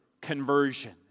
conversion